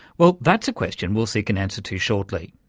well that's a question we'll seek an answer to shortly.